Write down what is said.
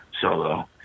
solo